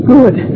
Good